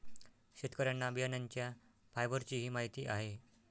शेतकऱ्यांना बियाण्यांच्या फायबरचीही माहिती आहे